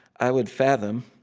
i would fathom,